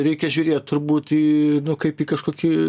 reikia žiūrėt turbūt į nu kaip į kažkokį